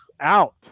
Out